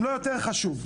אם לא חשוב יותר.